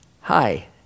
Hi